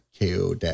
ko